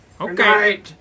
Okay